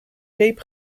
zeep